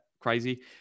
crazy